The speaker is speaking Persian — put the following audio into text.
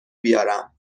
بیارم